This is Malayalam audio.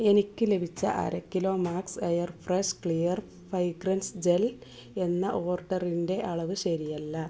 എനിക്ക് ലഭിച്ച അര kilo max air fresh clear fragrance gel എന്ന ഓർഡറിന്റെ അളവ് ശരിയല്ല